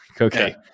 okay